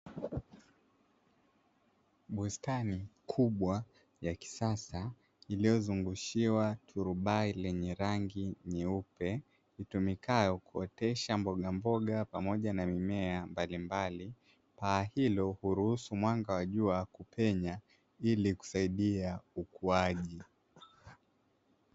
Bustani kubwa ya kisasa iliyo zungushiwa turubai lenye rangi nyeupe itumikayo kuotesha mbogamboga pamoja na mimea mbalimbali, paa hilo huruhusu mwanga wa jua kupenya ili kusaidia ukuaji.